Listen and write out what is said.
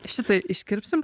šitą iškirpsim